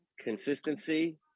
consistency